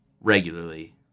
regularly